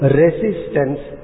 resistance